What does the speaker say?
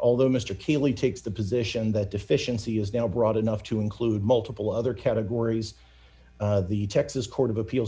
although mr keely takes the position that deficiency is now broad enough to include multiple other categories the texas court of appeals